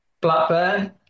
Blackburn